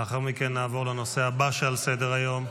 לאחר מכן נעבור לנושא הבא שעל סדר-היום.